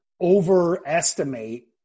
overestimate